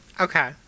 Okay